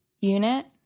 unit